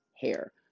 hair